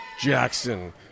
Jackson